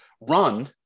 run